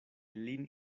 lin